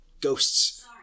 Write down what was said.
ghosts